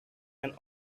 and